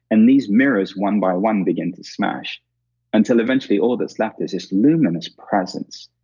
and these mirrors one by one begin to smash until eventually, all that's left is this luminous presence,